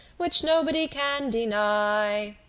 which nobody can deny.